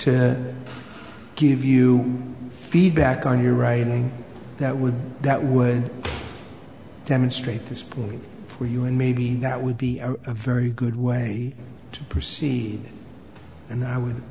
to give you feedback on your writing that would that would demonstrate this point for you and maybe that would be a very good way to proceed and i would